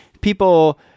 people